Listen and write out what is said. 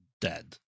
dead